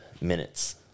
minutes